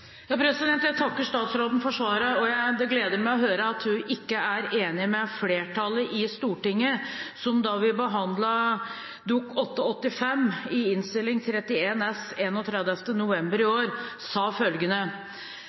Jeg takker statsråden for svaret, og det gleder meg å høre at hun ikke er enig med flertallet i Stortinget, som da vi behandlet Dokument 8:85 S i Innst. 31 S for 2014–2015 13. november i fjor, sa